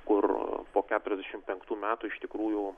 kur po keturiasdešimt penktų metų iš tikrųjų